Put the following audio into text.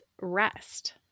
rest